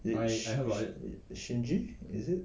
shin~ shinji is it